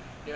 it's